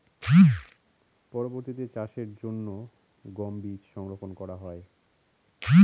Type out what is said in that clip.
পরবর্তিতে চাষের জন্য গম বীজ সংরক্ষন করা হয়?